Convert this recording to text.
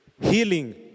Healing